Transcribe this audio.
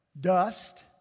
dust